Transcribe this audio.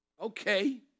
Okay